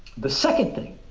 the second thing,